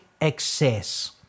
excess